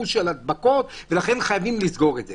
14%-15% של הדבקות, ולכן חייבים לסגור את זה.